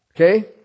Okay